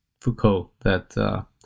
Foucault—that